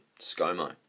SCOMO